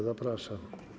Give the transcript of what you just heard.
Zapraszam.